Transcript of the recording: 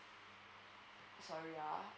sorry ah